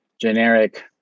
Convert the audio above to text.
generic